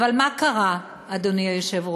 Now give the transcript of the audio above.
אבל מה קרה, אדוני היושב-ראש?